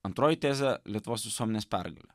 antroji tezė lietuvos visuomenės pergalė